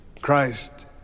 Christ